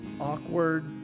Awkward